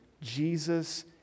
Jesus